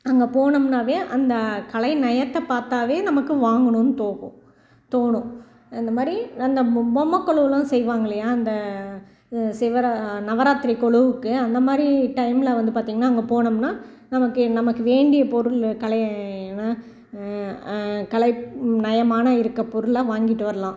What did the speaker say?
அங்கே போனோம்னாவே அந்த கலைநயத்தை பார்த்தாவே நமக்கு வாங்கணும்ன்னு தோகும் தோணும் அந்த மாதிரி அந்த மொ பொம்மை கொலுவெலாம் செய்வாங்க இல்லையா அந்த சிவர நவராத்திரி கொலுவுக்கு அந்த மாதிரி டைமில் வந்து பார்த்தீங்கன்னா அங்கே போனோம்னால் நமக்கு நமக்கு வேண்டிய பொருள் கலை வ கலைநயமான இருக்க பொருளெலாம் வாங்கிட்டு வரலாம்